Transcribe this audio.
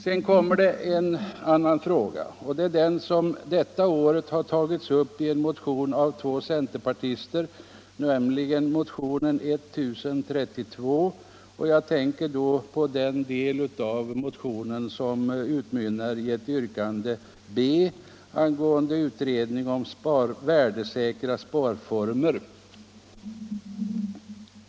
Sedan har vi emellertid också en annan fråga, nämligen den som två centerpartister har tagit upp i motionen 1032 till årets riksdag. Jag tänker här på den del av motionen som utmynnar i ett yrkande i mom. b om utredning angående värdesäkra sparformer.